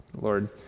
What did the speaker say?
Lord